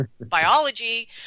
Biology